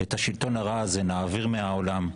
את השלטון הרע הזה נעביר מהעולם.